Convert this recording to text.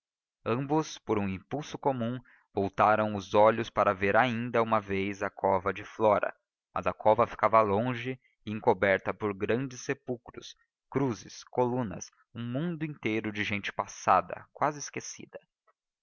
ambos por um impulso comum voltaram os olhos para ver ainda uma vez a cova de flora mas a cova ficava longe e encoberta por grandes sepulcros cruzes colunas um mundo inteiro de gente passada quase esquecida